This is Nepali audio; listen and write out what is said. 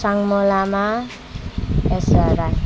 साङ्मू लामा एसा राई